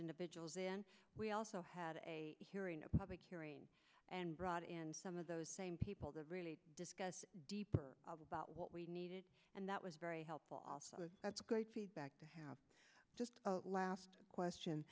individuals in we also had a hearing a public hearing and brought in some of those same people to really discuss deeper about what we needed and that was very helpful that's great feedback to have just last question